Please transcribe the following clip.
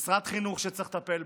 משרד חינוך שצריך לטפל בו,